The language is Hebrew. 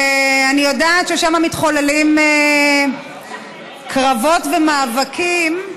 ואני יודעת ששם מתחוללים קרבות ומאבקים,